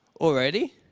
already